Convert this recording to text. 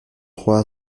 trois